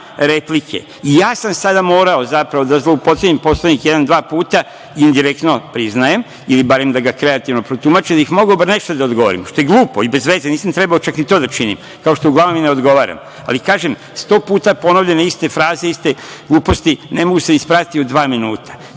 sam sada morao, zapravo, da zloupotrebim Poslovnik, jedan, dva puta, indirektno, priznajem, ili barem da ga kreativno protumačim da bih mogao barem nešto da odgovorim, što je glupo i bezveze, nisam trebao čak ni to da činim, kao što uglavnom ni ne odgovaram, ali kažem, sto puta su ponovljene iste fraze, iste gluposti, ne mogu se stati u dva minuta.